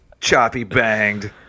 choppy-banged